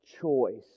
choice